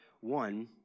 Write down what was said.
One